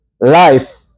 life